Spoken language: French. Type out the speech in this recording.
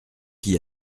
qui